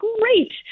great